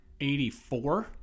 84